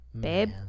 babe